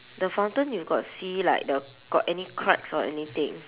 the fountain you got see like the got any cracks or anything